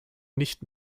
nicht